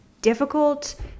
Difficult